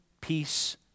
Peace